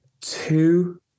two